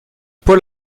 paul